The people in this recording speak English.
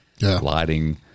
lighting